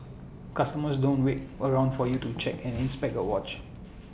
customers don't wait around for you to check and inspect A watch